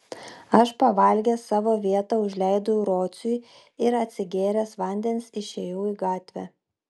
aš pavalgęs savo vietą užleidau rociui ir atsigėręs vandens išėjau į gatvę